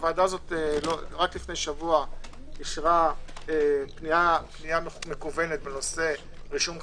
הוועדה הזאת אישרה רק לפני שבוע פנייה מקוונת בנושא רישום חברות,